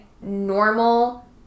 normal